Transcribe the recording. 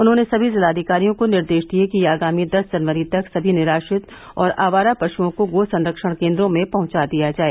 उन्होंने सभी जिलाधिकारियों को निर्देश दिए कि आगामी दस जनवरी तक समी निराश्रित और आवारा पशुओं को गो संरक्षण केन्द्रों में पहुंचा दिया जाए